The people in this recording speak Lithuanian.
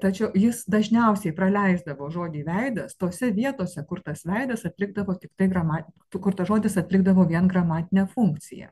tačiau jis dažniausiai praleisdavo žodį veidas tose vietose kur tas veidas atlikdavo tiktai gramatiką kur tas žodis atlikdavo vien gramatinę funkciją